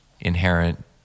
inherent